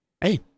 Hey